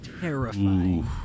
terrifying